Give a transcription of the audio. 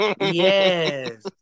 Yes